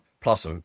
Plus